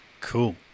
cool